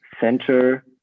center